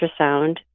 ultrasound